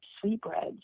sweetbreads